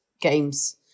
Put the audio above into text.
games